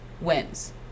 wins